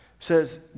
Says